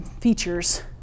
Features